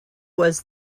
was